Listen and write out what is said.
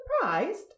surprised